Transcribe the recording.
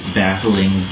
battling